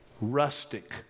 rustic